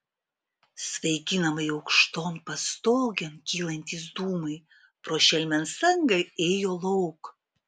svaiginamai aukšton pastogėn kylantys dūmai pro šelmens angą ėjo lauk